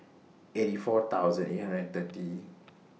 eighty four thousand eight hundred and thirty